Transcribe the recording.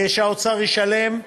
שהאוצר ישלם.